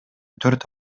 төрт